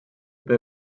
bei